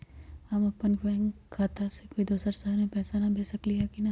हम अपन बैंक खाता से कोई दोसर शहर में पैसा भेज सकली ह की न?